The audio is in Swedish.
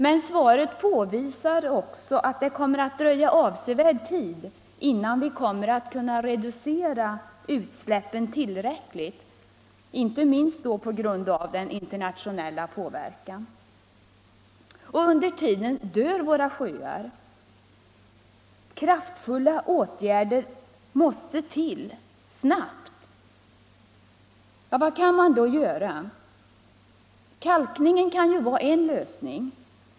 Men svaret visar också att det kommer att dröja avsevärd tid innan vi kommer att kunna reducera utsläppen i tillräcklig grad, inte minst då på grund av internationell påverkan. Under tiden dör våra sjöar. Kraftfulla åtgärder måste därför till — snabbt! Kalkning kan vara en lösning.